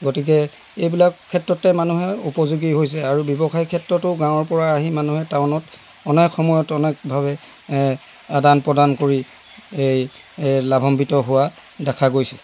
গতিকে এইবিলাক ক্ষেত্ৰতে মানুহে উপযোগী হৈছে আৰু ব্যৱসায় ক্ষেত্ৰতো গাঁৱৰ পৰা আহি মানুহে টাউনত অনেক সময়ত অনেকভাৱে আদান প্ৰদান কৰি এই লাভাম্বিত হোৱা দেখা গৈছে